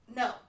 no